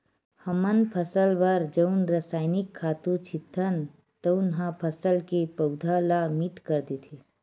हमन फसल बर जउन रसायनिक खातू छितथन तउन ह फसल के पउधा ल मीठ कर देथे